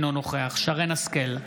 אינו נוכח שרן מרים השכל,